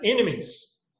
enemies